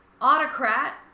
autocrat